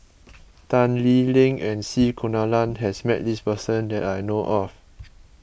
Tan Lee Leng and C Kunalan has met this person that I know of